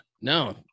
no